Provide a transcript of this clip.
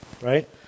right